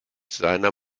seiner